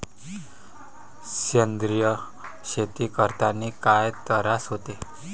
सेंद्रिय शेती करतांनी काय तरास होते?